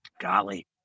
golly